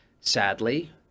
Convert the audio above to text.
sadly